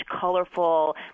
colorful